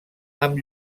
amb